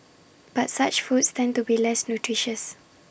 but such foods tend to be less nutritious